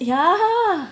yeah